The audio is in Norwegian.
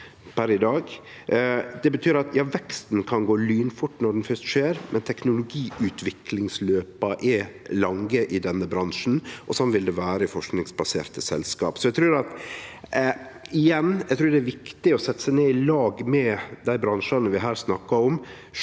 Det betyr at veksten kan gå lynfort når han først skjer, men teknologiutviklingsløpa er lange i denne bransjen, og sånn vil det vere i forskingsbaserte selskap. Igjen: Eg trur det er viktig å setje seg ned i lag med dei bransjane vi her snakkar om,